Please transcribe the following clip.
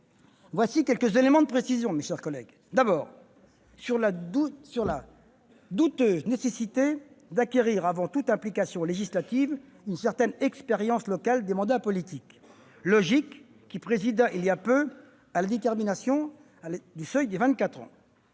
Voici quelques éléments de précision. D'abord, sur la douteuse nécessité d'acquérir, avant toute implication législative, une certaine expérience locale des mandats politiques, logique qui présida il y a peu à la détermination du seuil des